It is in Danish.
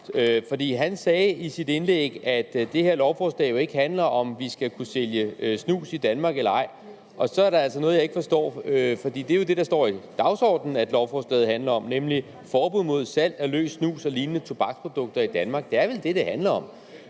for han sagde i sit indlæg, at det her lovforslag jo ikke handler om, om vi skal kunne sælge snus i Danmark eller ej. Og så er der altså noget, jeg ikke forstår, for det er jo det, der står på dagsordenen at lovforslaget handler om, nemlig forbud mod salg af løs snus og lignende tobaksprodukter i Danmark. Det er vel det, det handler om.